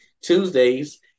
Tuesdays